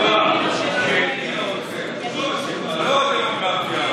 עמדותיו השונות של שירות הביטחון הכללי,